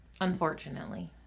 Unfortunately